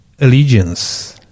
allegiance